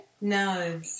No